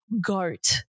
goat